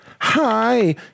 Hi